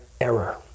error